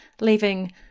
leaving